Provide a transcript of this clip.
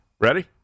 Ready